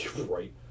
Right